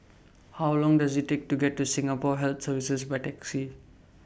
How Long Does IT Take to get to Singapore Health Services By Taxi